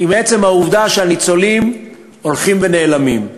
היא בגלל עצם העובדה שהניצולים הולכים ונעלמים,